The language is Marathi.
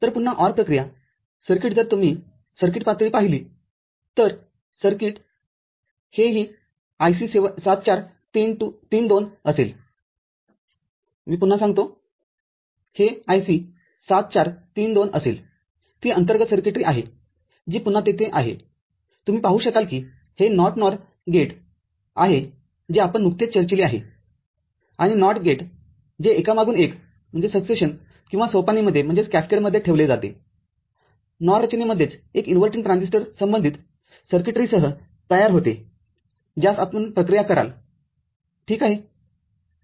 तरपुन्हा OR प्रक्रियासर्किट जर तुम्ही सर्किट पातळी पाहिली तर सर्किटहे ही IC ७४३२ असेलती अंतर्गत सर्किटरीआहे जी पुन्हा तेथे आहे तुम्ही पाहू शकाल किहे नॉट नॉरगेटआहे जे आपण नुकतेच चर्चिले आहे आणि NOT गेट जे एकामागून एक किंवा सोपाणीमध्येठेवले जाते NOR रचनेमध्येच एक इन्व्हर्टिंग ट्रान्झिस्टर संबंधित सर्किटरीसह तयार होते ज्यासह आपण प्रक्रिया कराल ठीक आहे